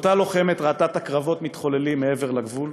אותה לוחמת ראתה את הקרבות מתחוללים מעבר לגבול,